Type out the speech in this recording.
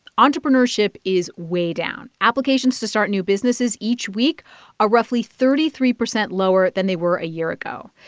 entrepreneurship is way down. applications to start new businesses each week are roughly thirty three percent lower than they were a year ago,